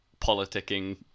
politicking